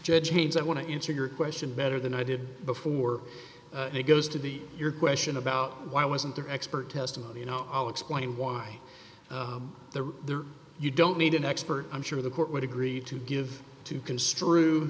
judge means i want to answer your question better than i did before and it goes to the your question about why wasn't the expert testimony you know all explained why they were there you don't need an expert i'm sure the court would agree to give to construe